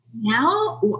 Now